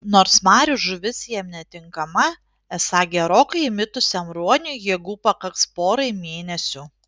nors marių žuvis jam netinkama esą gerokai įmitusiam ruoniui jėgų pakaks porai mėnesių